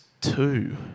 two